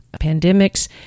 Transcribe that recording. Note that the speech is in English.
pandemics